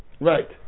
Right